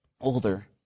older